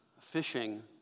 fishing